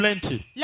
plenty